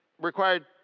required